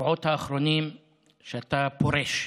בשבועות האחרונים את ההודעה שאתה פורש.